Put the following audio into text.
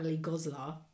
Goslar